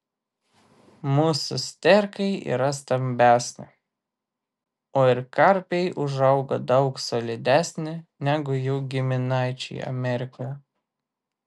mūsų sterkai yra stambesni o ir karpiai užauga daug solidesni negu jų giminaičiai amerikoje